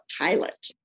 pilot